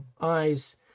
eyes